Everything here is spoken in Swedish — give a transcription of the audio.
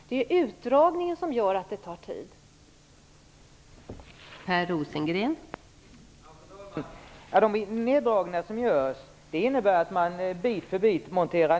Det är att det drar ut på tiden som gör att det blir problem.